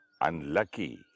unlucky